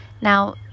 Now